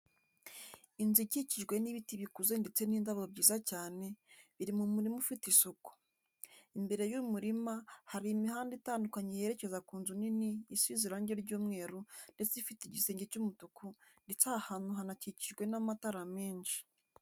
Inzu ikikijwe n'ibiti bikuze ndetse n'indabo byiza cyane, biri mu murima ufite isuku. Imbere y'umurima hari imihanda itandukanye yerekeza ku nzu nini isize irangi ry'umweru ndetse ifite igisenge cy'umutuku ndetse aha hantu hanakikijwe n'amatara menshi.